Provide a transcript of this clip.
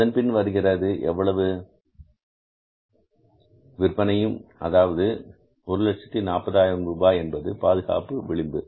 அதன்பின்னர் வருகின்ற எவ்வளவு விற்பனையும் அதாவது 140000 ரூபாய் என்பது பாதுகாப்பு விளிம்பு